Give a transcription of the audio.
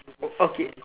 okay